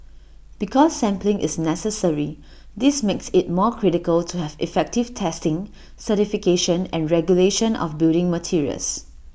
because sampling is necessary this makes IT more critical to have effective testing certification and regulation of building materials